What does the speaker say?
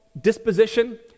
disposition